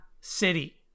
City